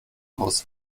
haus